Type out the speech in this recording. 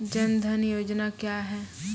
जन धन योजना क्या है?